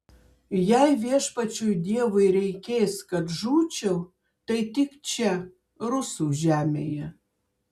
jei viešpačiui dievui reikės kad žūčiau tai tik čia rusų žemėje